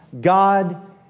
God